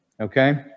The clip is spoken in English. Okay